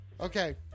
Okay